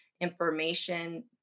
information